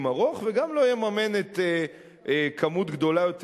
ארוך וגם לא יממן כמות גדולה יותר,